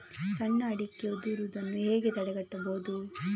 ಸಣ್ಣ ಅಡಿಕೆ ಉದುರುದನ್ನು ಹೇಗೆ ತಡೆಗಟ್ಟಬಹುದು?